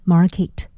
Market